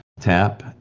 tap